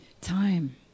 Time